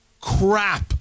crap